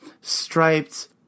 striped